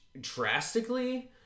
drastically